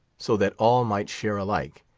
so that all might share alike,